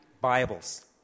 Bibles